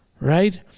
right